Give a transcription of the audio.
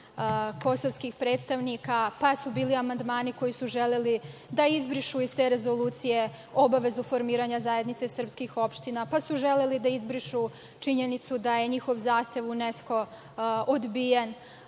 kosovskih predstavnika, pa su bili amandmani koji su želeli da izbrišu iz te rezolucije obavezu formiranja Zajednice srpskih opština, pa su želeli da izbrišu činjenicu da je njihov zahtev u UNESKO odbijen. Iako